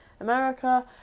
America